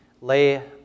lay